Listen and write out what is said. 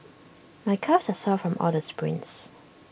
my calves are sore from all the sprints